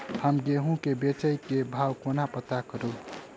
हम गेंहूँ केँ बेचै केँ भाव कोना पत्ता करू?